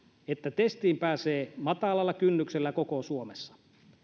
että testiin pääsee matalalla kynnyksellä koko suomessa